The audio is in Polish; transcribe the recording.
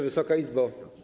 Wysoka Izbo!